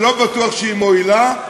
שלא בטוח שהיא מועילה,